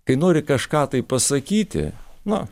kai nori kažką tai pasakyti na